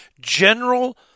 general